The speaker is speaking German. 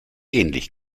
ähnlich